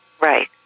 right